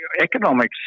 economics